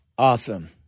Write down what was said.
Awesome